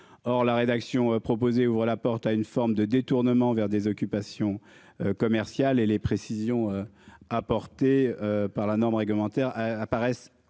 Or la rédaction proposée ouvrent la porte à une forme de détournement vers des occupations. Commerciales et les précisions apportées par la norme réglementaire apparaissent